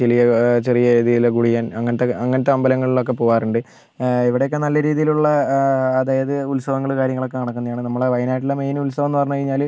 ചെലിയ ചെറിയ രീതിയിലുള്ള കുടിയൻ അങ്ങനത്തെ അങ്ങനത്തെ അമ്പലങ്ങളിലൊക്കെ പൂവാറുണ്ട് ഇവിടെയൊക്കെ നല്ല രീതിയിലുള്ള അതായത് ഉത്സവങ്ങൾ കാര്യങ്ങളൊക്കെ നടക്കുന്നെയാണ് നമ്മുടെ വയനാട്ടിലെ മെയിൻ ഉത്സവമെന്ന് പറഞ്ഞുകഴിഞ്ഞാൽ